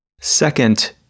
Second